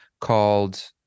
called